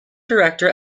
director